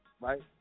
right